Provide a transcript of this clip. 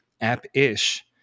app-ish